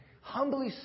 humbly